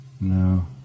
No